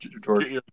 george